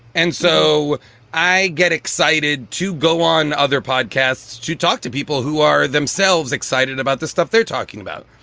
and so i get excited to go on other podcasts to talk to people who are themselves excited about the stuff they're talking about.